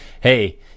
hey